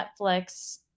Netflix